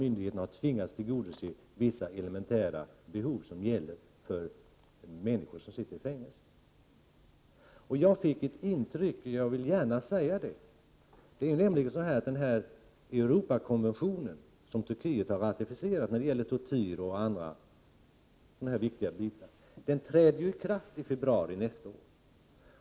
Myndigheterna har tvingats tillgodose vissa elementära behov som gäller för människor i fängelse. Den Europakonvention som Turkiet har ratificerat när det gäller tortyr och andra viktiga titlar träder i kraft i februari nästa år.